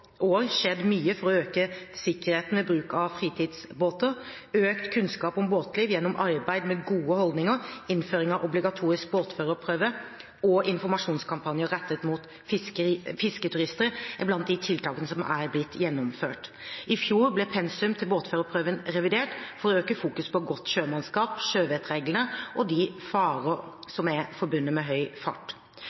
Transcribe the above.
skjedd mye for å øke sikkerheten ved bruk av fritidsbåter. Økt kunnskap om båtliv gjennom arbeid med gode holdninger, innføring av obligatorisk båtførerprøve og en informasjonskampanje rettet mot fisketurister er blant tiltakene som har blitt gjennomført. I fjor ble pensum til båtførerprøven revidert for å øke fokus på godt sjømannskap, sjøvettreglene og de farer som er forbundet med høy fart.